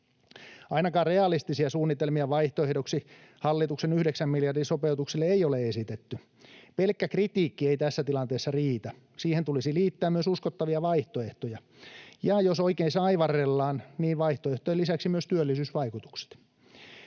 Ainakaan realistisia suunnitelmia vaihtoehdoksi hallituksen yhdeksän miljardin sopeutuksille ei ole esitetty. Pelkkä kritiikki ei tässä tilanteessa riitä. Siihen tulisi liittää myös uskottavia vaihtoehtoja — ja jos oikein saivarrellaan, niin vaihtoehtojen lisäksi myös työllisyysvaikutukset.